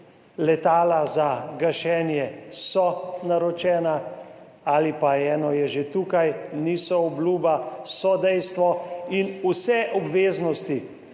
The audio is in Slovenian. Letala za gašenje so naročena ali pa eno je že tukaj, niso obljuba, so dejstvo. Vse obveznosti,